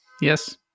Yes